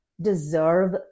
deserve